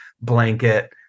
blanket